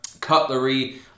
cutlery